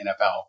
NFL